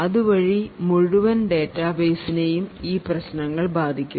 അതുവഴി മുഴുവൻ ഡേറ്റാബേസിനേയും ഈ പ്രശ്നങ്ങൾ ബാധിക്കും